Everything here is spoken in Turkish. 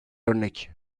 örnek